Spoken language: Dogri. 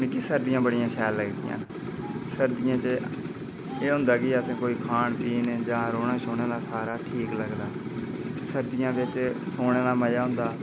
मिगी सर्दियां बड़ियां शैल लगदियां सर्दियें च एह् होंदा कि असें कोई खान पीन जां रौंह्ने शौह्ने दा सारा ठीक लगदा सर्दियें बिच्च सोने दा मज़ा होंदा